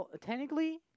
Technically